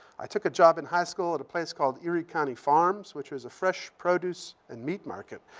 i took a job in high school at a place called erie county farms, which was a fresh-produce and meat market.